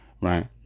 Right